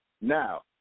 Now